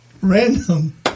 Random